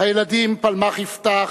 הילדים פלמח יפתח,